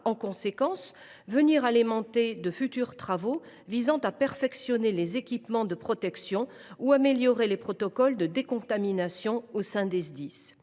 encourus empêchera d’alimenter de futurs travaux visant à perfectionner les équipements de protection ou à améliorer les protocoles de décontamination au sein des Sdis.